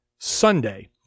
Sunday